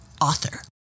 author